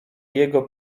jego